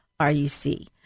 RUC